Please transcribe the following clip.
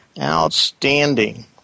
Outstanding